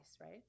right